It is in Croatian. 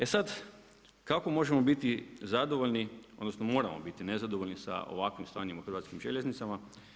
E sad, kako možemo biti zadovoljni, odnosno moramo biti nezadovoljni sa ovakvim stanjem u Hrvatskim željeznicama.